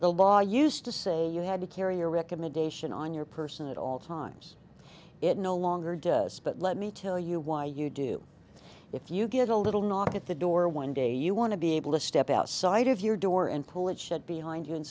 the law used to say you had to carry your recommendation on your person at all times it no longer does but let me tell you why you do if you get a little knock at the door one day you want to be able to step outside of your door and pull it should be hind you and